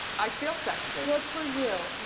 i feel sexy. good for you,